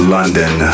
London